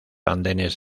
andenes